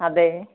അതെ